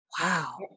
Wow